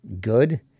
good